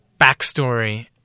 backstory